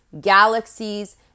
galaxies